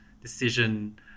decision